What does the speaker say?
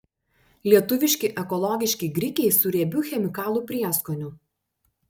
lietuviški ekologiški grikiai su riebiu chemikalų prieskoniu